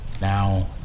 Now